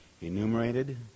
enumerated